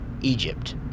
Egypt